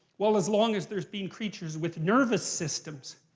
well, as long as there's been creatures with nervous systems.